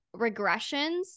regressions